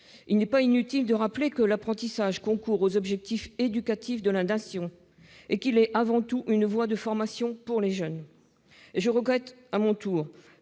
Il n'est pas inutile de rappeler que l'apprentissage concourt aux objectifs éducatifs de la Nation et qu'il est, avant tout, une voie de formation pour les jeunes. Je regrette à mon tour